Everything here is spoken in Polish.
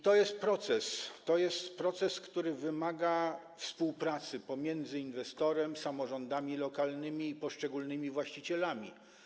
To jest proces, który wymaga współpracy pomiędzy inwestorem, samorządami lokalnymi i poszczególnymi właścicielami.